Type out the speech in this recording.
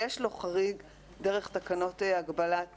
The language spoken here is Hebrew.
יש לו חריג דרך התקנות הכלליות הגבלת פעילות,